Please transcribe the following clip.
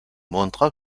montra